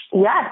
Yes